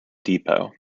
depot